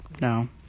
No